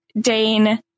Dane